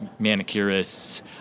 manicurists